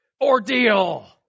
ordeal